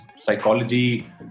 psychology